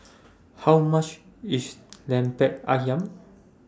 How much IS Lemper Ayam